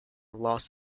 los